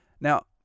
Now